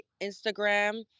Instagram